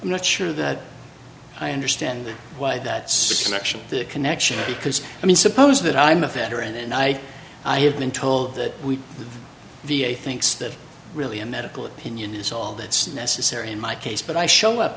i'm not sure that i understand why that connection connection because i mean suppose that i'm a fetter and i i have been told that we the a thinks that really a medical opinion is all that's necessary in my case but i show up